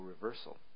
reversal